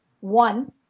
one